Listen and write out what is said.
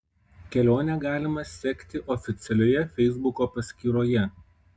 kelionę galima sekti oficialioje feisbuko paskyroje